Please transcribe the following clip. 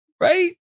right